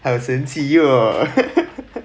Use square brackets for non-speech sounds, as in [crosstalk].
好神奇喔 [laughs]